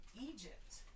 Egypt